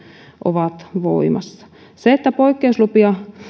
ovat voimassa se että poikkeuslupia